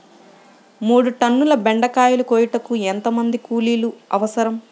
మూడు టన్నుల బెండకాయలు కోయుటకు ఎంత మంది కూలీలు అవసరం?